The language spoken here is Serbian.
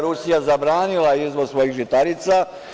Rusija je zabranila izvoz svojih žitarica.